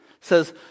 says